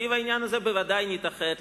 וסביב העניין הזה ודאי נתאחד,